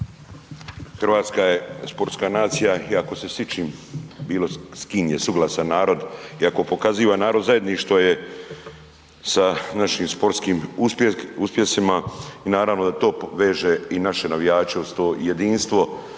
Hrvatska je sportska nacija i ako se s ičim bilo s kim je suglasan narod i ako pokaziva narod zajedništvo je sa našim sportskim uspjesima i naravno da to veže i naše navijače uz to jedinstvo